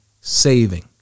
saving